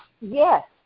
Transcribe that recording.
Yes